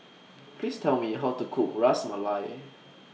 Please Tell Me How to Cook Ras Malai